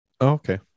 okay